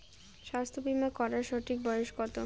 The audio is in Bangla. স্বাস্থ্য বীমা করার সঠিক বয়স কত?